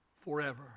Forever